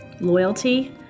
loyalty